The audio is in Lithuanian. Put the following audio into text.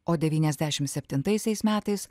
o devyniasdešimt septintaisiais metais